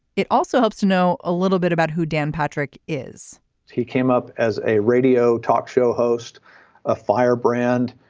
it also helps to know a little bit about who dan patrick is he came up as a radio talk show host a firebrand.